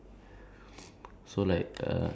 like I don't know like